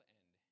end